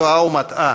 בעיני, טועה ומטעה,